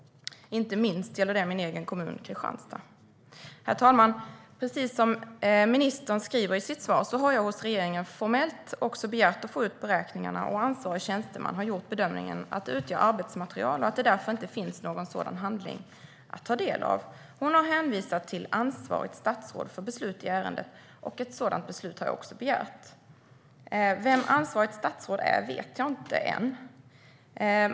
Inte minst gäller det min hemkommun Kristianstad. Herr talman! Precis som ministern skriver i sitt svar har jag hos regeringen också formellt begärt att få ut beräkningarna. Ansvarig tjänsteman har gjort bedömningen att det utgör arbetsmaterial och att det därför inte finns någon sådan handling att ta del av. Hon har hänvisat till ansvarigt statsråd för beslut i ärendet, och ett sådant beslut har jag begärt. Vem ansvarigt statsråd är vet jag inte än.